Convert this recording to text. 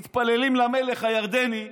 מתפללים למלך הירדני,